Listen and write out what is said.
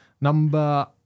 number